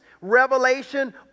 revelation